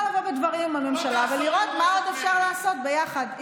לבוא בדברים עם הממשלה ולראות מה עוד אפשר לעשות ביחד.